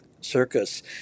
circus